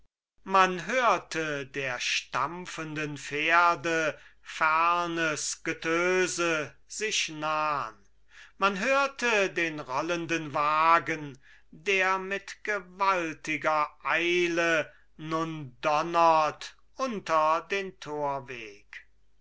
man hörte der stampfenden pferde fernes getöse sich nahn man hörte den rollenden wagen der mit gewaltiger eile nun donnert unter den torweg